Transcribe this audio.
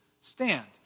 stand